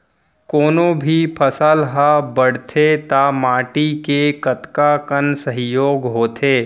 कोनो भी फसल हा बड़थे ता माटी के कतका कन सहयोग होथे?